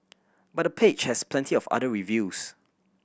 but the page has plenty of other reviews